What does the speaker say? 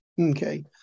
Okay